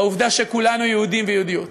העובדה שכולנו יהודים ויהודיות.